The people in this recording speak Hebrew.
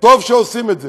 טוב שעושים את זה.